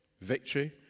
Victory